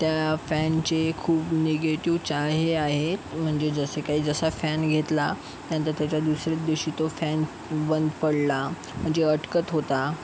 त्या फॅनचे खूप निगेटिव्हचा हे आहे म्हणजे जसं काही जसा फॅन घेतला त्यानंतर त्याच्या दुसऱ्याच दिवशी तो फॅन बंद पडला म्हणजे अडकत होता